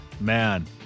Man